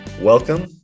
Welcome